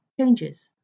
changes